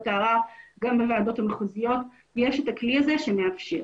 הערר וגם בוועדות המחוזיות יש את הכלי הזה שמאפשר.